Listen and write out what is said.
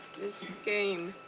this game,